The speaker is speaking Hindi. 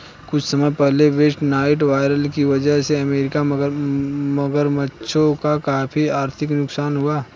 कुछ समय पहले वेस्ट नाइल वायरस की वजह से अमेरिकी मगरमच्छों का काफी आर्थिक नुकसान हुआ